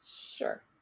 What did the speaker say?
Sure